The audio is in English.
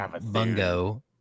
Bungo